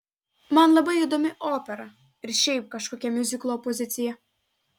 man labai įdomi opera ir šiaip kažkokia miuziklo opozicija